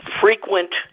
frequent